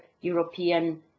European